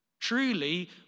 truly